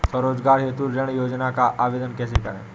स्वरोजगार हेतु ऋण योजना का आवेदन कैसे करें?